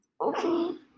Okay